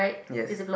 yes